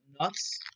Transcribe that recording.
nuts